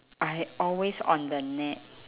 I always on the net